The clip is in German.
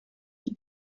die